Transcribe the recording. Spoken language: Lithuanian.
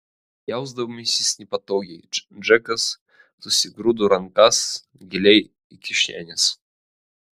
jausdamasis nepatogiai džekas susigrūdo rankas giliai į kišenes